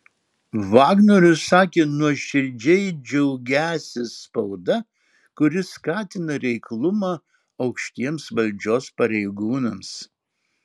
vagnorius sakė nuoširdžiai džiaugiąsis spauda kuri skatina reiklumą aukštiems valdžios pareigūnams